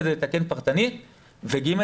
כדי לתקן פרטנית ושלישית,